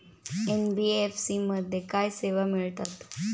NBFC मध्ये काय सेवा मिळतात?